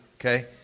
Okay